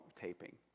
taping